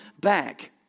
back